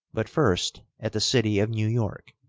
but first at the city of new york.